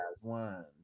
One